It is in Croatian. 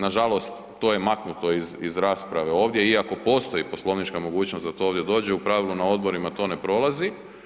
Nažalost, to je maknuto iz, iz rasprave ovdje iako postoji poslovnička mogućnost da to ovdje dođe, u pravilu na odborima to ne prolazi.